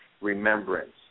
remembrance